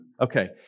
okay